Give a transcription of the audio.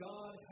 God